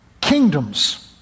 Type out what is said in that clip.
kingdoms